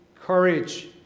courage